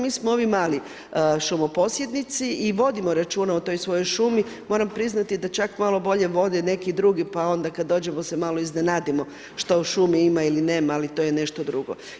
Mi smo ovi mali šumoposjednici i vodimo računa o toj svojoj šumi, moram priznati da čak malo broje vode neki drugi pa onda kad dođemo se mali iznenadimo što u šumi ima ili nema, ali to je nešto drugo.